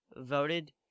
voted